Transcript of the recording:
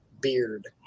beard